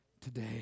today